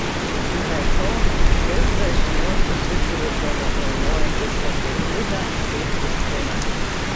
be to vis dažniau susizgribdavo galvojantis apie gvidą bei kristiną